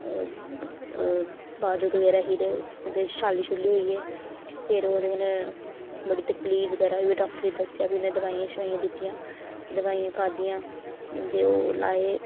अ बाजू बगैरा ही ते ओह्दे च छाले होई गे फिर ओह्दे कन्नै बड़ी तकलीफ बगैरा होई ते कन्नै डाक्टरै गी दस्सेआ ते भी उनें दवाइयां दित्तियां दवाइयां खाद्धियां ते ओह् लाए